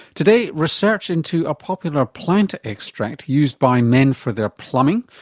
today research into a popular plant extract used by men for their plumbing,